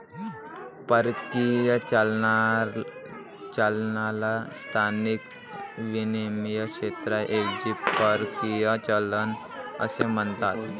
परकीय चलनाला स्थानिक विनिमय क्षेत्राऐवजी परकीय चलन असे म्हणतात